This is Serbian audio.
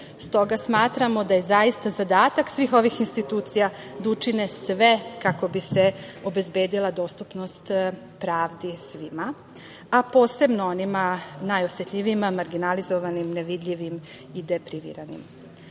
S toga, smatramo da je zaista zadatak svih ovih institucija da učine sve kako bi se obezbedila dostupnost pravdi svima, a posebno onima najosetljivijima, marginalizovanim, nevidljivim i deprimiranim. Izveštaj